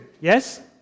yes